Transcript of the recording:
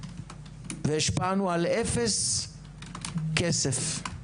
והשפענו על אפס כסף.